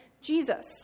Jesus